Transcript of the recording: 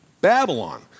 Babylon